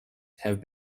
have